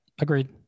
agreed